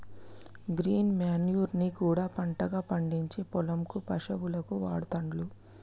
green manure ని కూడా పంటగా పండిచ్చి పొలం కు పశువులకు వాడుతాండ్లు